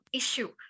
issue